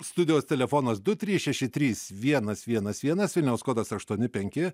studijos telefonas du trys šeši trys vienas vienas vienas vilniaus kodas aštuoni penki